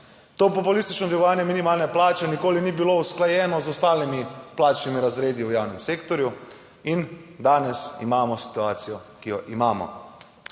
To populistično dvigovanje minimalne plače nikoli ni bilo usklajeno z ostalimi plačnimi razredi v javnem sektorju in danes imamo situacijo, ki jo imamo.